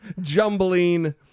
jumbling